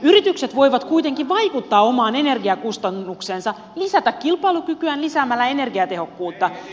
yritykset voivat kuitenkin vaikuttaa omaan energiakustannukseensa lisätä kilpailukykyään lisäämällä energiatehokkuutta